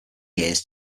years